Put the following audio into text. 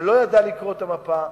שלא ידע לקרוא את המפה,